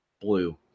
blue